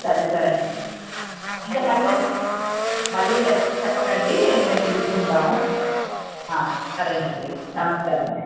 సరే సరేనండి ఇంకా మళ్ళీ ఇంకెవరికి చెప్పకండి మేము తీసుకుంటాము ఆ సరేనండి నమస్కారము అండి